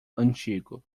antigo